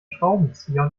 schraubenzieher